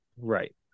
Right